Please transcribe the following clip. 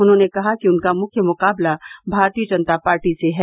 उन्होंने कहा कि उनका मुख्य मुकाबला भारतीय जनता पार्टी से है